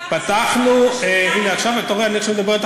תתמודדו עם עיקר,